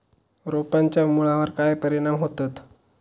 रोपांच्या मुळावर काय परिणाम होतत?